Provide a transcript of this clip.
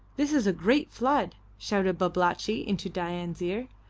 this is a great flood! shouted babalatchi into dain's ear.